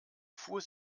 fuhr